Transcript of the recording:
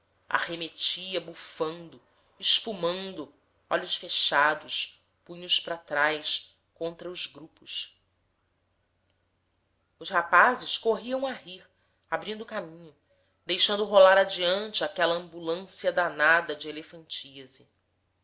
raiva arremetia bufando espumando olhos fechados punhos para trás contra os grupos os rapazes corriam a rir abrindo caminho deixando rolar adiante aquela ambulância danada de elefantíase